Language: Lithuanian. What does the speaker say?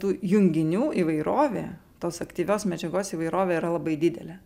tų junginių įvairovė tos aktyvios medžiagos įvairovė yra labai didelė